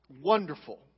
wonderful